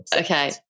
okay